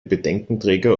bedenkenträger